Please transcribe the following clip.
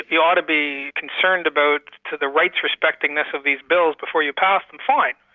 you ought to be concerned about to the rights respectingness of these bills before you pass the point,